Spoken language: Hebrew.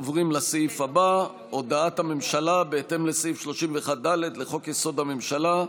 עוברים לסעיף הבא: הודעת הממשלה בהתאם לסעיף 31(ד) לחוק-יסוד: הממשלה,